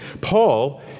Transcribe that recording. Paul